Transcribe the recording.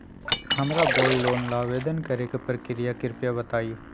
हमरा gold loan ला आवेदन करे के प्रक्रिया कृपया बताई